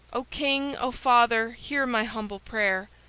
o king! o father! hear my humble prayer!